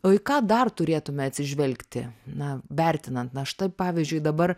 o į ką dar turėtume atsižvelgti na vertinant na štai pavyzdžiui dabar